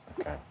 Okay